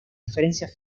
diferencias